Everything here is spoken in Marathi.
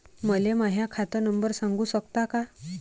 मले माह्या खात नंबर सांगु सकता का?